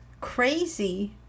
crazy